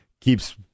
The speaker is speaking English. keeps